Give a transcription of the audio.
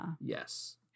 Yes